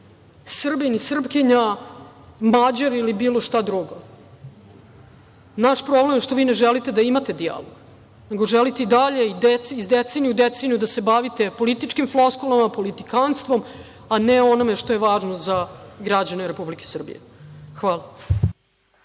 Srbin i Srpkinja, Mađar ili bilo šta drugo. Naš problem je što vi ne želite da imate dijalog, nego želite i dalje iz decenije u deceniju da se bavite političkim floskulama, politikanstvom, a ne onim što je važno za građane Republike Srbije. Hvala.